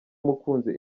mukunzi